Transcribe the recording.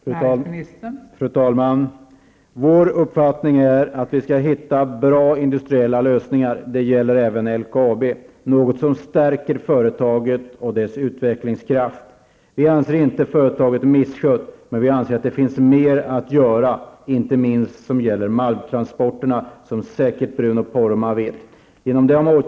Fru talman! Vår uppfattning är att vi skall hitta bra industriella lösningar, något som stärker LKAB och dess utvecklingskraft. Vi anser inte att företaget är misskött, men det finns mer att göra, inte minst när det gäller malmtransporterna, som Bruno Poromaa säkert vet.